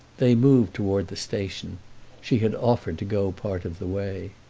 they moved toward the station she had offered to go part of the way.